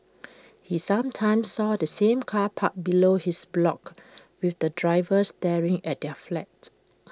he sometimes saw the same car parked below his block with the driver staring at their flat